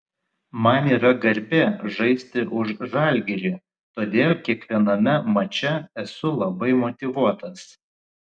man yra garbė žaisti už žalgirį todėl kiekviename mače esu labai motyvuotas